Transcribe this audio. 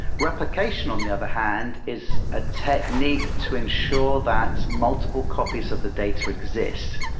replication on the other hand is a technique to ensure that multiple copies of the data exist.